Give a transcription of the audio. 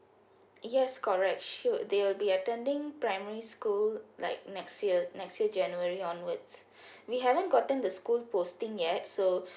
yes correct she would they will be attending primary school like next year next year january onwards we haven't gotten the school posting yet so